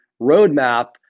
roadmap